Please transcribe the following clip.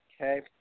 Okay